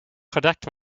gedekt